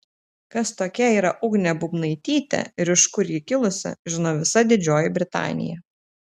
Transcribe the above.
kas tokia yra ugnė bubnaitytė ir iš kur ji kilusi žino visa didžioji britanija